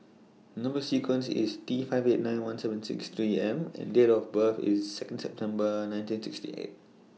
Number sequence IS T five eight nine one seven six three M and Date of birth IS Second September nineteen sixty eight